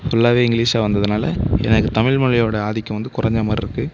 ஃபுல்லாகவே இங்கிலீஷ்ஷாக வந்ததுனால் எனக்கு தமிழ் மொழியோட ஆதிக்கம் வந்து குறைஞ்ச மாதிரி இருக்குது